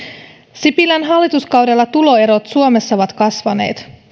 sipilän hallituskaudella tuloerot suomessa ovat kasvaneet